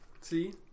see